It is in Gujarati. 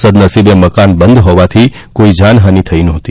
સદનસીબે મકાન બંધ હોવાથી કોઈ જાનહાની થઈ નથી